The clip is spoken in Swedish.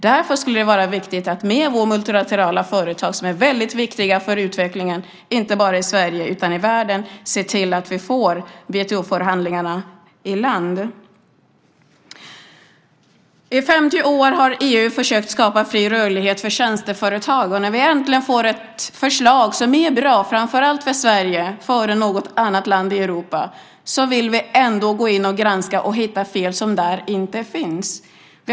Därför skulle det vara viktigt att för våra multilaterala företags skull, som är mycket viktiga för utvecklingen inte bara i Sverige utan i världen, se till att ro WTO-förhandlingarna i land. I 50 år har EU försökt skapa fri rörlighet för tjänsteföretag. När vi äntligen får ett förslag som är bra framför allt för Sverige, mer än för något annat land i Europa, vill vi ändå gå in och granska det och hitta fel som inte finns där.